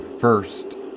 first